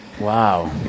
Wow